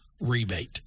rebate